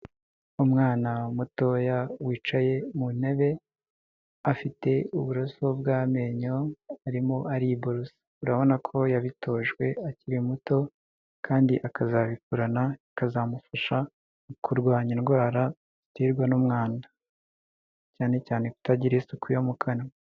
Umwana mutoya wicaye mu ntebe afite uburoso bw'amenyo arimo ariborosa, urabona ko yabitojwe akiri muto kandi akazabikorana bikazamufasha mu kurwanya indwara ziterwa n'umwanda cyane cyane kutagira isuku yo mu kanwa.